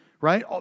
right